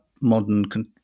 modern